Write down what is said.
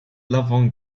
l’avant